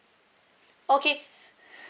okay